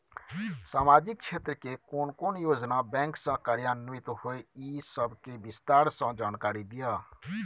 सामाजिक क्षेत्र के कोन कोन योजना बैंक स कार्यान्वित होय इ सब के विस्तार स जानकारी दिय?